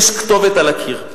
יש כתובת על הקיר.